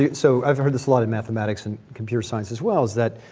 yeah so i've heard this a lot in mathematics and computer science as well. is that,